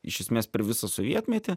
iš esmės per visą sovietmetį